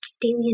Daily